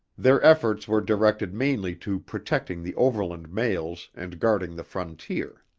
their efforts were directed mainly to protecting the overland mails and guarding the frontier